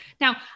Now